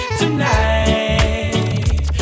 tonight